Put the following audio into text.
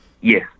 Yes